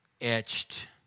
etched